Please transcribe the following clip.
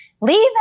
leave